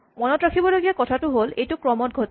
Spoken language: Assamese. মনত ৰাখিবলগীয়া কথাটো হ'ল এইটো ক্ৰমত ঘটে